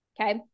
Okay